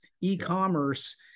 e-commerce